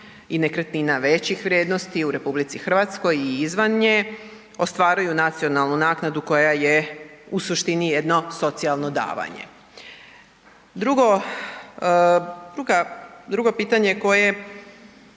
i nekretnina većih vrijednosti u RH i izvan nje, ostvaruju nacionalnu naknadu koja je u suštini jedno socijalno davanje. Drugo pitanje koje